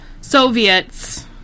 Soviets